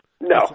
No